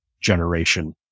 generation